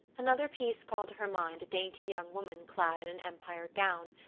another piece called to her mind a dainty young woman clad in an empire gown,